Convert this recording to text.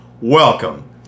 Welcome